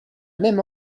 même